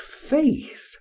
faith